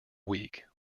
week